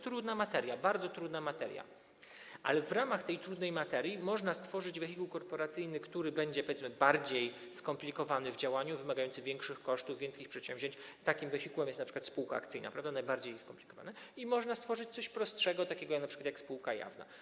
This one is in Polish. To jest bardzo trudna materia, ale w ramach tej trudnej materii można stworzyć wehikuł korporacyjny, który będzie, powiedzmy, bardziej skomplikowany w działaniu, wymagał większych kosztów, większych przedsięwzięć - takim wehikułem jest np. spółka akcyjna, prawda, najbardziej skomplikowana - a można stworzyć coś prostszego takiego jak np. spółka jawna.